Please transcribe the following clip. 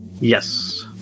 Yes